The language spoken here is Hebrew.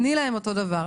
תני להם אותו דבר,